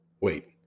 Wait